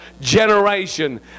generation